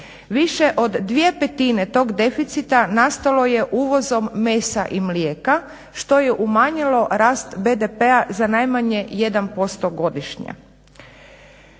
Više od 2/5 tog deficita nastalo je uvozom mesa i mlijeka što je umanjilo rast BDP-a za najmanje 1% godišnje.